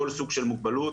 כל סוג של מוגבלות.